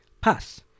pass